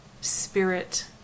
spirit